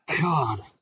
God